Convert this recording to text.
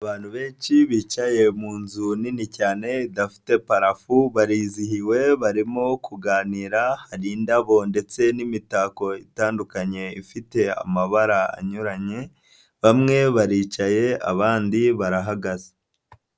Abantu benshi bicaye mu nzu nini cyane idafite parafo barizihiwe barimo kuganira, hari indabo ndetse n'imitako itandukanye ifite amabara anyuranye bamwe baricaye abandi barahagaze.